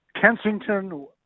Kensington